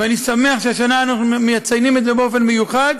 ואני שמח שהשנה אנחנו מציינים את זה באופן מיוחד,